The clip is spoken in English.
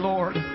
Lord